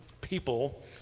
people